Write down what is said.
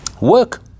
Work